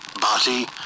body